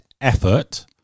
effort